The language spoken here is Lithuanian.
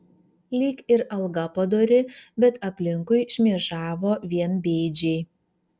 lyg ir alga padori bet aplinkui šmėžavo vien bėdžiai